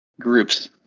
groups